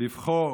לבחור